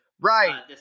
Right